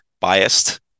biased